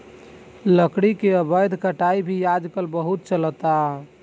लकड़ी के अवैध कटाई भी आजकल बहुत चलता